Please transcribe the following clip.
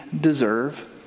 deserve